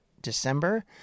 December